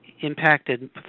impacted